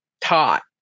taught